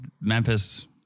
Memphis